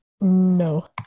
No